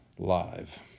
live